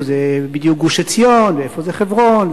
זה בדיוק גוש-עציון ואיפה זה חברון,